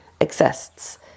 exists